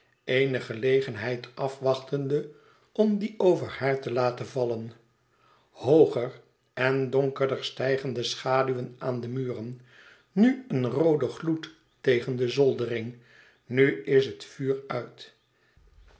eene gelegenheid afwachtende om dien over haar te laten vallen hooger en donkerder stijgen de schaduwen aan de muren nu een roode gloed tegen de zoldering nu is het vuur uit